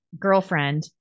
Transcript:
girlfriend